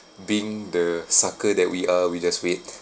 being the sucker that we are we just wait